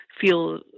feel